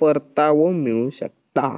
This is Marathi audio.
परतावो मिळू शकता